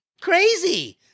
Crazy